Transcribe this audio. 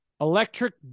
electric